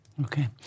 Okay